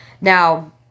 Now